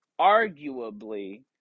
arguably